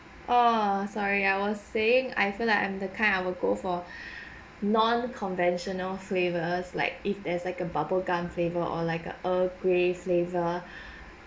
oh sorry I was saying I feel like I'm the kind I will go for non conventional flavors like if there's like a bubble gum flavour or like a earl grey flavour